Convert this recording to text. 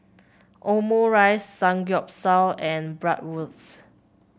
Omurice Samgeyopsal and Bratwurst